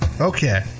Okay